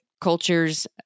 culture's